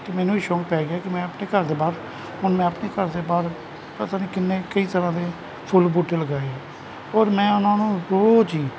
ਕਿ ਮੈਨੂੰ ਸ਼ੌਂਕ ਪੈ ਗਿਆ ਕਿ ਮੈਂ ਆਪਣੇ ਘਰ ਦੇ ਬਾਹਰ ਹੁਣ ਮੈਂ ਆਪਣੇ ਘਰ ਦੇ ਬਾਹਰ ਪਤਾ ਨਹੀਂ ਕਿੰਨੇ ਕਈ ਤਰ੍ਹਾਂ ਦੇ ਫੁੱਲ ਬੂਟੇ ਲਗਾਏ ਹੈ ਔਰ ਮੈਂ ਉਹਨਾਂ ਨੂੰ ਰੋਜ਼ ਹੀ